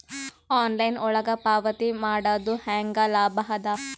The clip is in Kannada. ಆನ್ಲೈನ್ ಒಳಗ ಪಾವತಿ ಮಾಡುದು ಹ್ಯಾಂಗ ಲಾಭ ಆದ?